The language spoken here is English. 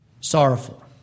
sorrowful